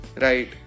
Right